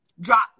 drop